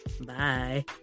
Bye